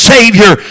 Savior